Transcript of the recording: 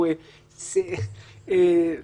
פה אין שינוי מהותי.